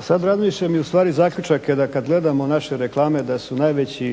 Sad razmišljam i ustvari zaključak je da kad gledamo naše reklame da su najveći